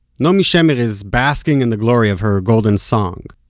naomi shemer is basking in the glory of her golden song,